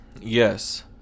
Yes